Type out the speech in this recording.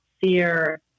fear